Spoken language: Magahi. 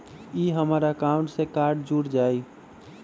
ई हमर अकाउंट से कार्ड जुर जाई?